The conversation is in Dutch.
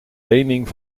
lening